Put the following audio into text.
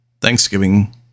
Thanksgiving